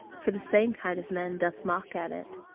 for the same kind of men doth mock at it.